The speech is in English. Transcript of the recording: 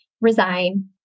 resign